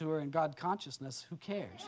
who are in god consciousness who cares